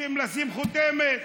רוצים לשים חותמת.